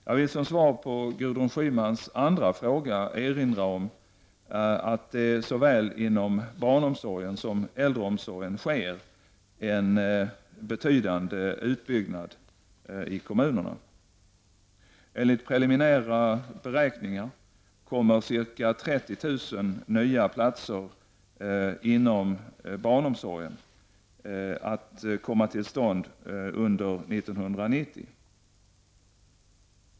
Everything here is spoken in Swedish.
Jag vill som svar på Gudryn Schymnas andra fråga erinra om att det såväl inom barnomsorgen som inom äldreomsorgen sker en betydande utbyggnad i kommunerna. Enligt preliminära beräkningar kommer ca 30 000 nya platser inom barnomsorgen att komma till stånd under 1990.